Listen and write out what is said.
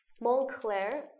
Montclair